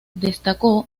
destacó